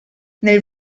nel